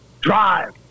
drive